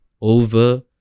over